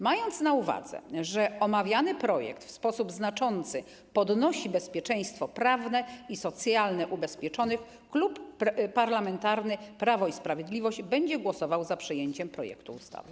Mając na uwadze, że omawiany projekt w sposób znaczący podnosi bezpieczeństwo prawne i socjalne ubezpieczonych, Klub Parlamentarny Prawo i Sprawiedliwość będzie głosował za przyjęciem projektu ustawy.